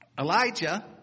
Elijah